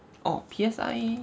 orh P S I